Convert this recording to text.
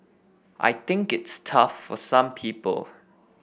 I think it's tough for some people